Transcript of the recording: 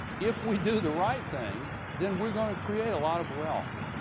if we do the right thing, then we're gonna create a lot of wealth.